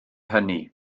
hynny